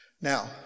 Now